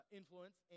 influence